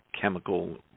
chemical